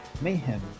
mayhem